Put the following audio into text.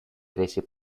третьей